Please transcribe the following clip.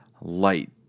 light